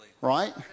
Right